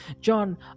john